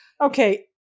Okay